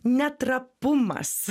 ne trapumas